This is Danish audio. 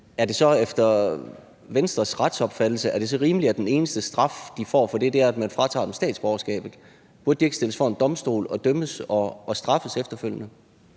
er det ifølge Venstres retsopfattelse rimeligt, at den eneste straf, de får for det, er, at man fratager dem statsborgerskabet? Burde de ikke stilles for en domstol, dømmes og straffes efterfølgende?